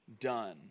done